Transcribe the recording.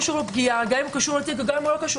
אם קשור לתיק או לא.